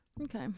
Okay